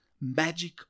magic